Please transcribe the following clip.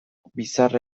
bizarra